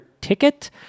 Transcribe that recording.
ticket